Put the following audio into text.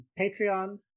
Patreon